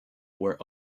were